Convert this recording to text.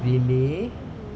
we may